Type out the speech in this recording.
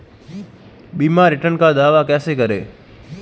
बीमा रिटर्न का दावा कैसे करें?